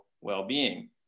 well-being